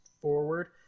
forward